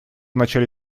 начале